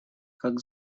как